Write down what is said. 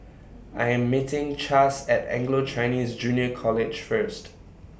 I Am meeting Chas At Anglo Chinese Junior College First